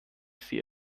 sie